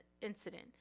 incident